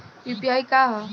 UPI का ह?